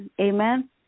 amen